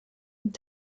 und